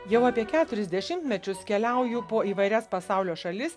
jau apie keturis dešimtmečius keliauju po įvairias pasaulio šalis